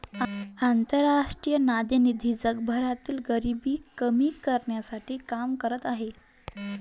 आंतरराष्ट्रीय नाणेनिधी जगभरातील गरिबी कमी करण्यासाठी काम करत आहे